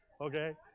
okay